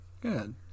Good